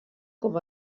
com